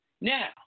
Now